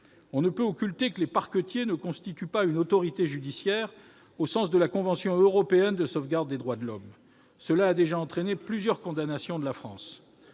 On ne peut occulter le fait que les parquetiers ne constituent pas une autorité judiciaire au sens de la Convention européenne de sauvegarde des droits de l'homme. La France a déjà subi plusieurs condamnations à ce titre.